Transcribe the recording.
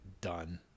done